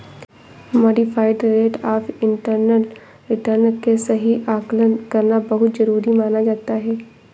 modified rate of internal return के सही आकलन करना बहुत जरुरी माना जाता है